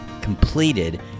completed